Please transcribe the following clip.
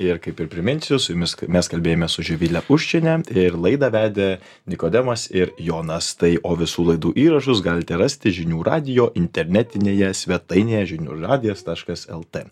ir kaip ir priminsiu su jumis mes kalbėjome su živile uščine ir laidą vedė nikodemas ir jonas tai o visų laidų įrašus galite rasti žinių radijo internetinėje svetainėje žinių radijas taškas el t